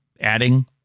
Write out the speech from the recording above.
adding